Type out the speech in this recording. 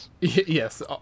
Yes